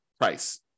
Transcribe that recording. price